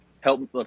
help